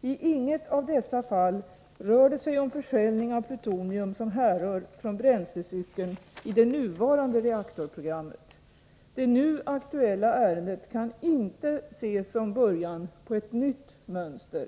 I inget av dessa fall rör det sig om försäljning av plutonium som härrör från bränslecykeln i det nuvarande reaktorprogrammet. Det nu aktuella ärendet kan inte ses som början på ett nytt mönster.